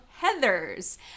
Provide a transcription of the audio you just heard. Heathers